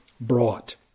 brought